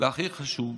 והכי חשוב